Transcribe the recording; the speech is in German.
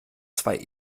zwei